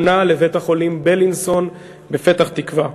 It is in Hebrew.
הוא פונה לבית-החולים בילינסון בפתח-תקווה.